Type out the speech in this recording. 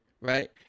right